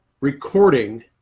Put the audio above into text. recording –